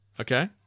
okay